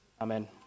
Amen